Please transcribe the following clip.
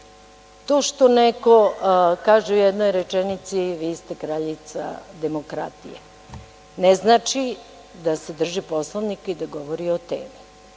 to što neko kaže u jednoj rečenici – vi ste kraljica demokratije; ne znači da se drži Poslovnika i da govori o